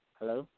Hello